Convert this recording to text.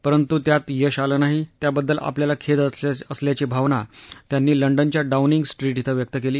परंतु त्यात यश आलं नाही त्याबदद्ल आपल्याला खेद असल्याची भावना त्यांनी लंडनच्या डाऊनिंग स्ट्रीट क्रिं व्यक्त केली